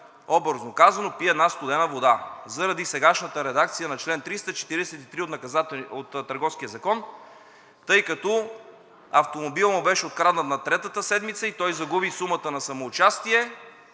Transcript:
образно казано, пи една студена вода заради сегашната редакция на чл. 343 от Търговския закон, тъй като автомобилът му беше откраднат на третата седмица и той загуби сумата на самоучастие,